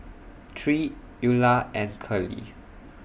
Tre Eula and Curley